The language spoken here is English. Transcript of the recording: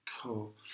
Cool